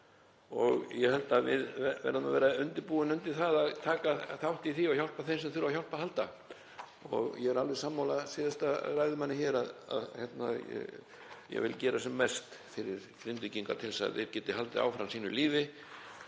og ég held að við verðum að vera búin undir það að taka þátt í því og hjálpa þeim sem þurfa á hjálp að halda. Ég er alveg sammála síðasta ræðumanni, ég vil gera sem mest fyrir Grindvíkinga til að þeir geti haldið áfram sínu lífi